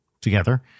together